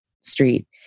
street